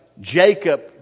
Jacob